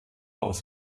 aus